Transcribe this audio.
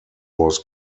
was